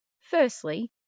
Firstly